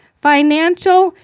financial,